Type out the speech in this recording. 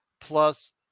plus